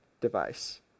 device